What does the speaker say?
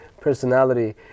personality